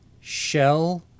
Shell